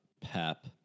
Pep